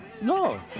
no